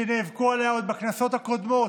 שנאבקו עליה עוד בכנסות הקודמות.